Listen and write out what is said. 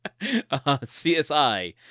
csi